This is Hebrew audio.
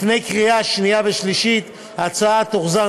אתם יודעים